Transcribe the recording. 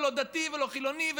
לא דתי ולא חילוני,